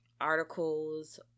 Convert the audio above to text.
articles